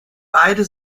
beide